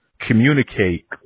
communicate